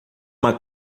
uma